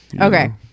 Okay